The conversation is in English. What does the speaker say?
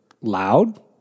loud